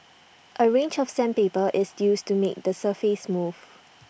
A range of sandpaper is used to make the surface smooth